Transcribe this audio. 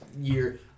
year